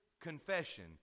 confession